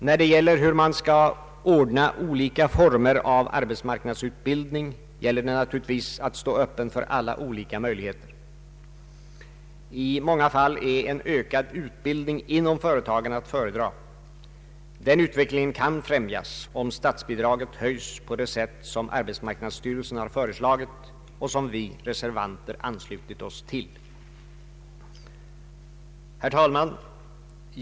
När det gäller hur man skall ordna olika former av arbetsmarknadsutbildning måste man naturligtvis stå öppen för alla olika möjligheter. I många fall är en ökad utbildning inom företagen att föredra. Den utvecklingen kan främjas om statsbidraget höjs på det sätt som arbetsmarknadsstyrelsen har föreslagit och som vi reservanter anslutit oss till. Herr talman!